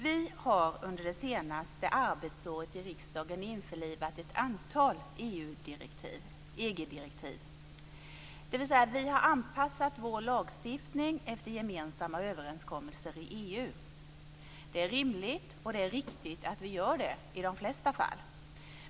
Vi har under det senaste arbetsåret i riksdagen införlivat ett antal EG-direktiv, dvs. vi har anpassat vår lagstiftning efter gemensamma överenskommelser i EU. Det är rimligt och riktigt att vi gör det i de flesta fall.